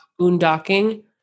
boondocking